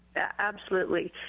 absolutely.